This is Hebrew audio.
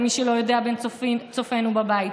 למי שלא יודע בין צופינו בבית.